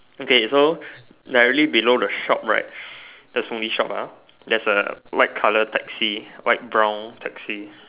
okay so directly below the shop right that's the only shop ah there's a white colour taxi white brown taxi